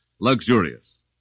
luxurious